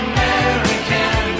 American